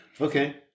Okay